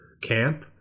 camp